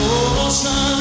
ocean